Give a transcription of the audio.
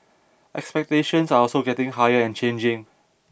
expectations are also getting higher and changing